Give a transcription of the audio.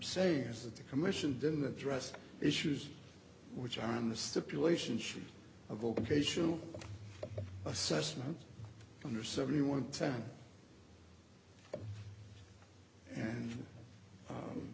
saying is that the commission didn't address the issues which are on the stipulation she's a vocational assessment under seventy one time and